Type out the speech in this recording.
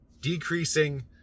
decreasing